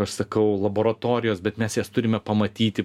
aš sakau laboratorijos bet mes jas turime pamatyti